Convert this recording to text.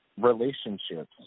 relationships –